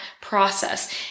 process